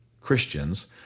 Christians